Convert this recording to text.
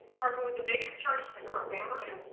carbon with a negative charge is a carbanion.